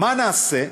מה נעשה?